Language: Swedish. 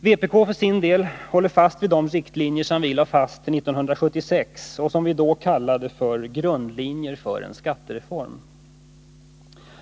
Vpk för sin del håller fast vid de riktlinjer som vi lade fram 1976 och som vi kallade för grundlinjer för en skattereform.